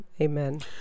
Amen